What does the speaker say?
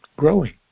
growing